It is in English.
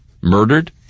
Murdered